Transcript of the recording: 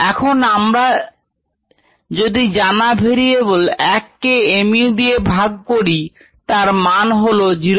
এখন আমরা যদি জানা ভেরিয়েবল 1 কে mu দিয়ে ভাগ করি তার মান হলো 05